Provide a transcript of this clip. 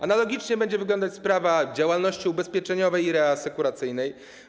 Analogicznie będzie wyglądać sprawa działalności ubezpieczeniowej i reasekuracyjnej.